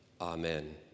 amen